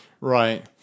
Right